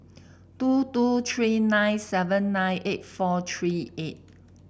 two two three nine seven nine eight four three eight